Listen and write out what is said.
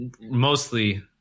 mostly